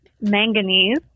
manganese